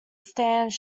stands